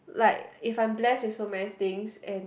like if I'm bless with so many things and